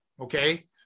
okay